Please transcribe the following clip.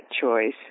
choice